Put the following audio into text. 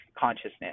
consciousness